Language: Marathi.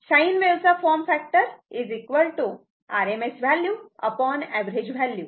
साईन वेव्ह चा form factor RMS value average value